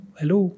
hello